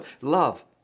Love